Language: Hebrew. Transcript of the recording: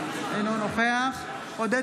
אינו נוכח עודד